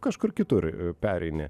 kažkur kitur pereini